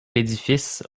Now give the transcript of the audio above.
l’édifice